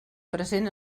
present